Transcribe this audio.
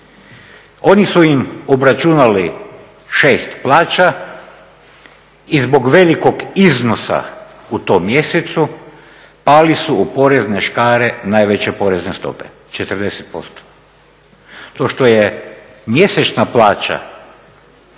oni su im obračunali 6 plaća i zbog velikog iznosa u tom mjesecu pali su u porezne škare najveće porezne stope 40%. To što je mjesečna plaća